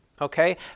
okay